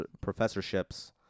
professorships